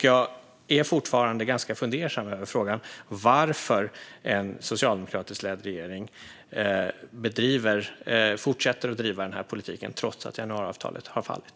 Jag är fortfarande ganska fundersam över varför en socialdemokratiskt ledd regering fortsätter att driva den här politiken trots att januariavtalet har fallit.